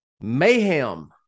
Mayhem